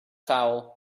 foul